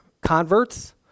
converts